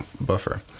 buffer